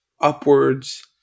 upwards